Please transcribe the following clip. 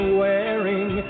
wearing